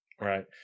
right